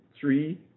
three